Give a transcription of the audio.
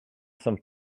some